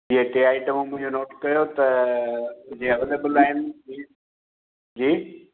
इहे टे आइटम मुंहिंजी नोट कयो त जे अवेलेबल आहिनि जी